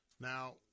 Now